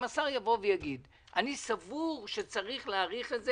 אם השר יגיד: אני סבור שצריך להאריך את זה